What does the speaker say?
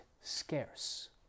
scarce